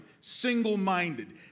single-minded